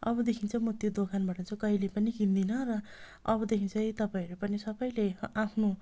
अबदेखि चाहिँ म त्यो दोकानबाट चाहिँ कहिले पनि किन्दिनँ र अबदेखि चाहिँ तपाईँहरू पनि सबैले आफ्नो